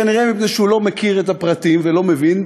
כנראה מפני שהוא לא מכיר את הפרטים ולא מבין.